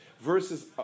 versus